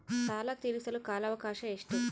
ಸಾಲ ತೇರಿಸಲು ಕಾಲ ಅವಕಾಶ ಎಷ್ಟು?